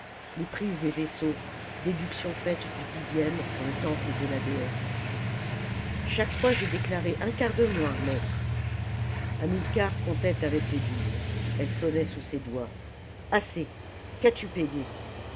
les prises des vaisseaux déduction faite du dixième pour le temple de la déesse chaque fois j'ai déclaré un quart de moins maître hamilcar comptait avec les billes elles sonnaient sous ses doigts assez qiias tu payé